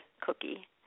cookie